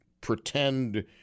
pretend